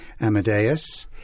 Amadeus